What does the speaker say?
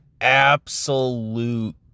absolute